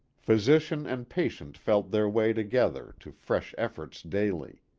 physi cian and patient felt their way together to fresh efforts daily.